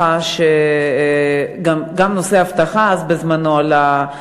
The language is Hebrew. גם נושא האבטחה בזמנו עלה,